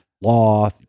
law